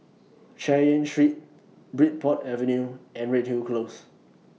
Chay Yan Street Bridport Avenue and Redhill Close